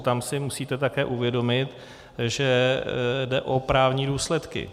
Tam si musíte také uvědomit, že jde o právní důsledky.